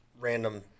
random